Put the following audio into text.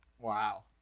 Wow